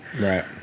Right